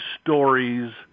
stories